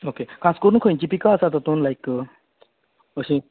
okay खास करून खंयची पिकां आसा तातूंत लायक अशी